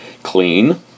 clean